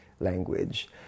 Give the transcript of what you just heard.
language